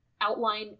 outline